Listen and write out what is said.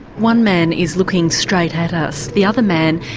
one man is looking straight at us. the other man,